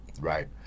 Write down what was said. right